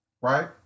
Right